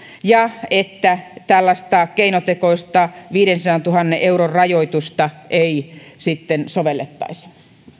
ja että tällaista keinotekoista viidensadantuhannen euron rajoitusta ei sovellettaisi